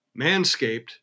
Manscaped